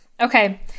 Okay